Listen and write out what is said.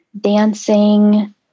dancing